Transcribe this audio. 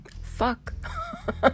fuck